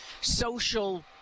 social